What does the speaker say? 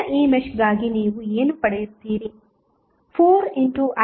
ಮುಂದಿನ ಈ ಮೆಶ್ಗಾಗಿ ನೀವು ಏನು ಪಡೆಯುತ್ತೀರಿ